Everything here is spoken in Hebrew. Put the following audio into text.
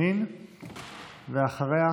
ואחריה,